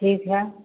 ठीक है